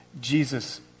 Jesus